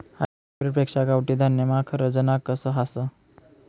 hybrid पेक्शा गावठी धान्यमा खरजना कस हास